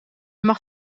mag